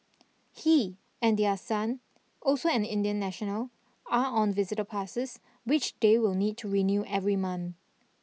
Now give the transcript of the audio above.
he and their son also an Indian national are on visitor passes which they will need to renew every month